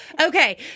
Okay